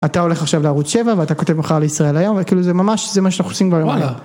אתה הולך עכשיו לערוץ 7 ואתה כותב מחר לישראל היום וכאילו זה ממש זה מה שאנחנו עושים ביום יום.